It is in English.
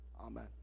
Amen